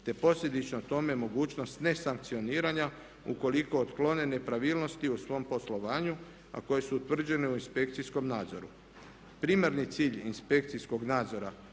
te posljedično tome mogućnost nesankcioniranja ukoliko otklone nepravilnosti u svom poslovanju, a koje su utvrđene u inspekcijskom nadzoru. Primarni cilj inspekcijskog nadzora